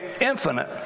infinite